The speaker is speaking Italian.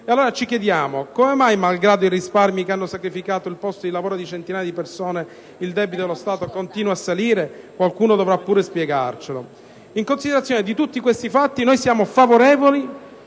Ci chiediamo allora come mai, malgrado i risparmi che hanno sacrificato il posto di lavoro di centinaia di persone, il debito dello Stato continui a salire: qualcuno dovrà pure spiegarcelo. In considerazione di tutti questi fatti, siamo favorevoli